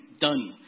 done